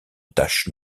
tache